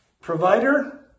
Provider